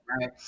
right